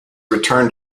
returned